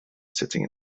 sitting